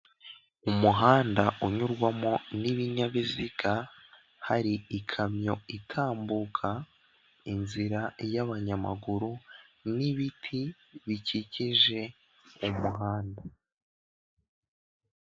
Umuhanda unyurwamo n'ibinyabiziga, hari ikamyo itambuka, inzira y'abanyamaguru n'ibiti bikikije umuhanda.